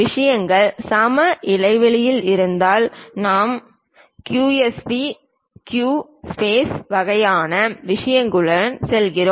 விஷயங்கள் சம இடைவெளியில் இருந்தால் நாம் ஈக்யூஎஸ்பி ஈக்வி ஸ்பேஸ் வகையான விஷயங்களுடன் செல்கிறோம்